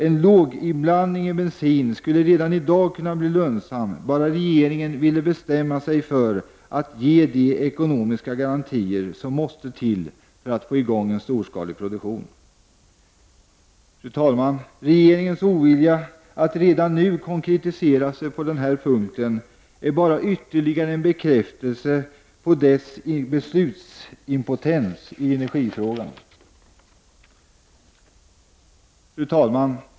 En låginblandning i bensin skulle redan i dag kunna bli lönsam om bara regeringen ville bestämma sig för att ge de ekonomiska garantier som måste till för att få i gång en storskalig produktion. Fru talman! Regeringens ovilja att redan nu konkretisera sig på den här punkten är bara en ytterligare bekräftelse på dess beslutsimpotens i energifrågan. Fru talman!